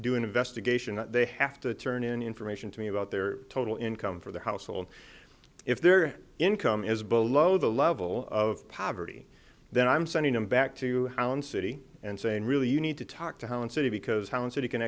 doing investigation that they have to turn in information to me about their total income for their household if their income is below the level of poverty that i'm sending them back to town city and saying really you need to talk to one city because how and so you can